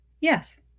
Yes